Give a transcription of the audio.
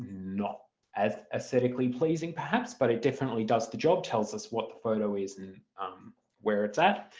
not as aesthetically pleasing perhaps but it definitely does the job, tells us what the photo is and where it's at.